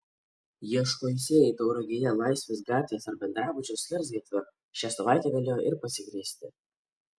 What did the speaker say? ieškojusieji tauragėje laisvės gatvės ar bendrabučio skersgatvio šią savaitę galėjo ir pasiklysti